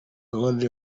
gahunda